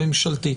הממשלתית.